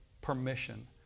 permission